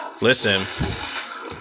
Listen